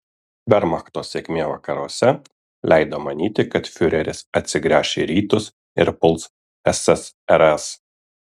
vermachto sėkmė vakaruose leido manyti kad fiureris atsigręš į rytus ir puls ssrs